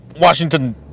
Washington